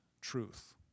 truth